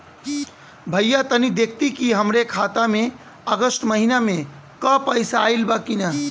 भईया तनि देखती की हमरे खाता मे अगस्त महीना में क पैसा आईल बा की ना?